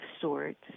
sorts